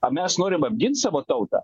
o mes norim apgint savo tautą